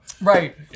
Right